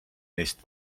neist